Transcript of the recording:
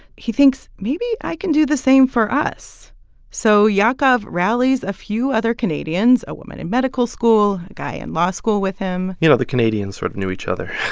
he thinks, maybe i can do the same for us so yaakov rallies a few other canadians a woman in medical school, guy in law school with him you know, the canadians sort of knew each other.